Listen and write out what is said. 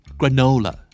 granola